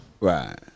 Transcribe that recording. Right